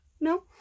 No